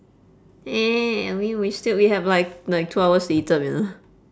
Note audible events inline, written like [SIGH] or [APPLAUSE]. eh edwin we stil~ we have like like two hours to eat up you know [NOISE]